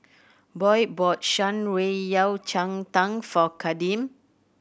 Boyd bought Shan Rui Yao Cai Tang for Kadeem